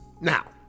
Now